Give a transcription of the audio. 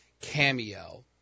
Cameo